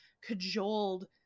cajoled